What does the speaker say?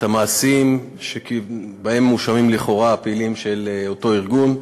את המעשים שבהם מואשמים לכאורה הפעילים של אותו ארגון.